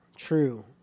true